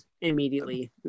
immediately